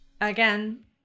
Again